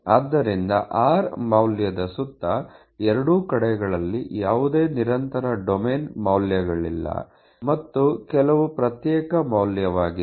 ಆದ್ದರಿಂದ r ಮೌಲ್ಯದ ಸುತ್ತ ಎರಡೂ ಕಡೆಗಳಲ್ಲಿ ಯಾವುದೇ ನಿರಂತರ ಡೊಮೇನ್ ಮೌಲ್ಯಗಳಿಲ್ಲ ಮತ್ತು ಎಲ್ಲವು ಪ್ರತ್ಯೇಕ ಮೌಲ್ಯವಾಗಿದೆ